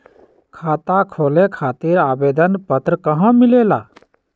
खाता खोले खातीर आवेदन पत्र कहा मिलेला?